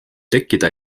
tekkida